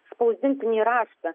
spausdintinį raštą